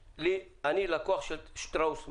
אני לקוח של שטראוס מים.